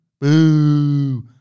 boo